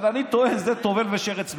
אבל אני טוען שזה טובל ושרץ בידו.